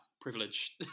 privilege